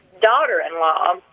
daughter-in-law